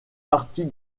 partie